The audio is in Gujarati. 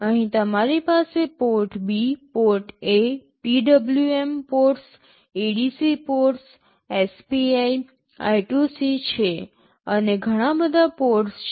અહીં તમારી પાસે port B port A PWM ports ADC ports SPI I2C છે અને ઘણા બધા પોર્ટ્સ છે